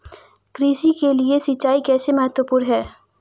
कृषि के लिए सिंचाई कैसे महत्वपूर्ण है?